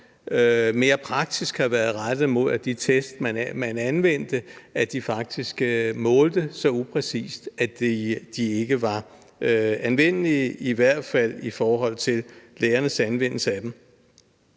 mere praktisk har været rettet mod, at de test, man anvendte, faktisk målte så upræcist, at de ikke var anvendelige, i hvert fald i forhold til lærernes anvendelse af dem.